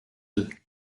deux